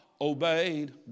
obeyed